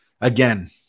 Again